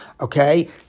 Okay